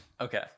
Okay